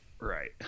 Right